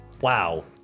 Wow